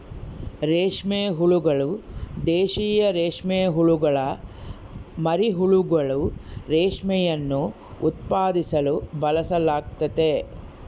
ರೇಷ್ಮೆ ಹುಳುಗಳು, ದೇಶೀಯ ರೇಷ್ಮೆಹುಳುಗುಳ ಮರಿಹುಳುಗಳು, ರೇಷ್ಮೆಯನ್ನು ಉತ್ಪಾದಿಸಲು ಬಳಸಲಾಗ್ತತೆ